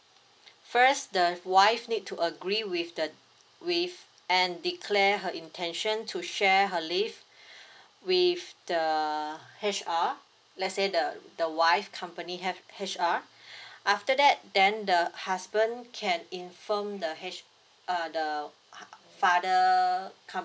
first the wife need to agree with the with and declared her intention to share her leave with the H_R let's say the the wife company have H_R after that then the husband can inform the uh the father company